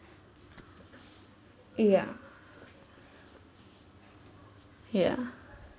ya ya